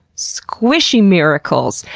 squishy miracles.